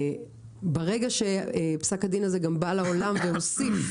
וברגע שפסק הדין הזה גם בא לעולם והוסיף